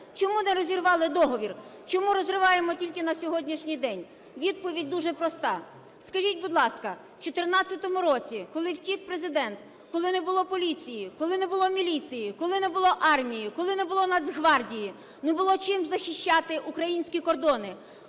чому не розірвали договір, чому розриваємо тільки на сьогоднішній день? Відповідь дуже проста. Скажіть, будь ласка, в 2014 році, коли втік Президент, коли не було поліції, коли не було міліції, коли не було армії, коли не було Нацгвардії, не було чим захищати українські кордони,